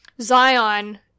Zion